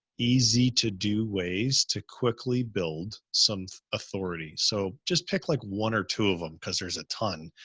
easy to do ways to quickly build some authority. so just pick like one or two of them cause there's a ton.